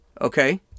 okay